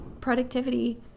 productivity